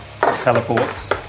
Teleports